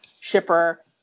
shipper